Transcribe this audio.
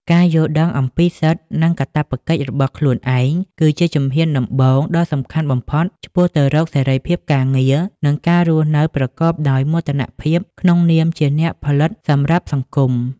ការយល់ដឹងអំពីសិទ្ធិ និងកាតព្វកិច្ចរបស់ខ្លួនឯង គឺជាជំហានដំបូងដ៏សំខាន់បំផុតឆ្ពោះទៅរកសេរីភាពការងារ និងការរស់នៅប្រកបដោយមោទនភាពក្នុងនាមជាអ្នកផលិតសម្រាប់សង្គម។